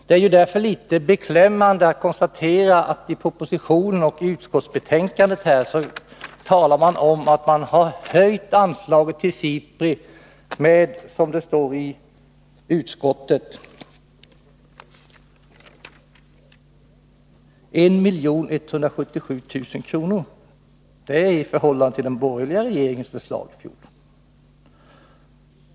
Det är därför litet beklämmande att konstatera att det i propositionen och i utskottsbetänkandet nu talas om att man har höjt anslaget till 1177 000 kr. Det är ju i förhållande till den borgerliga regeringens förslag.